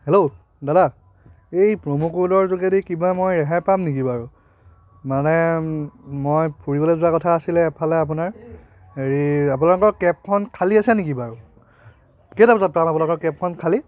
hello দাদা এই promo ক'ডৰ যোগেদি কিবা মই ৰেহাই পাম নেকি বাৰু মানে মই ফুৰিবলৈ যোৱা কথা আছিলে এফালে আপোনাৰ হেৰি আপোনালোকৰ কেবখন খালী আছে নেকি বাৰু কেইটা বজাত পাম আপোনালোকৰ কেবখন খালী